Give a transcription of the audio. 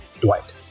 Dwight